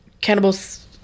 cannibals